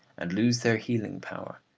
and lose their healing power,